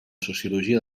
sociologia